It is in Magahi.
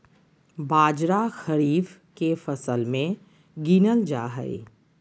बाजरा खरीफ के फसल मे गीनल जा हइ